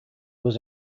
was